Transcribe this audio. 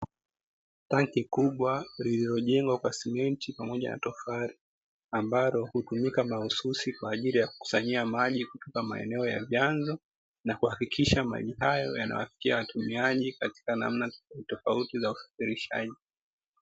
Tanki kubwa lililojengwa kwa sementi pamoja na tofali, ambalo hutumika mahususi kwaajili ya kukusanyia maji kutoka maeneo ya vyanzo na kuhakikisha maji hayo yanawafikia watumiaji katika namna tofautitofauti za usafirishaji.